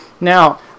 Now